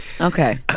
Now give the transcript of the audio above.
okay